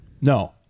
No